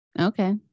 Okay